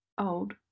old